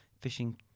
fishing